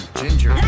ginger